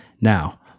Now